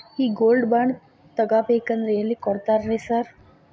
ಈ gold bond ತಗಾಬೇಕಂದ್ರ ಎಲ್ಲಿ ಕೊಡ್ತಾರ ರೇ ಸಾರ್?